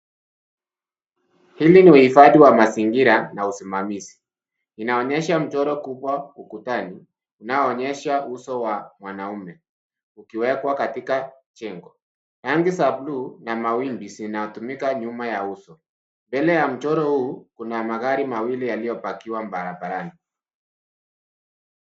Hii ni uhifadhi wa mazingira na usimamizi, inaonyesha mchoro mkubwa ukutani unaonyesha uso wa mwanaume ukiwekwa katika jengo. Rangi za bluu na za mawimbi zinaonekana nyuma ya uso. Mbele ya mchro huu kuna magari mawili yaliyo pakiwa barabarani.